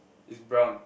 it's brown